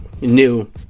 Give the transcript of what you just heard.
new